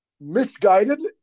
misguided